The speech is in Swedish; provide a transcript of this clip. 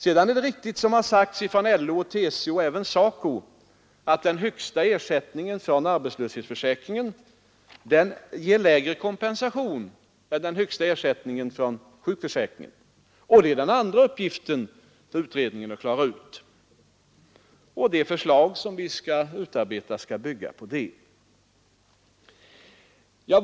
Sedan är det riktigt, såsom anförts från LO, TCO och även SACO, att den högsta ersättningen från arbetslöshetsförsäkringen ger lägre kompensation än den högsta ersättningen från sjukförsäkringen. Den andra uppgiften för utredningen är att klara ut det, och det förslag vi skall utarbeta skall bygga därpå.